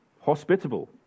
hospitable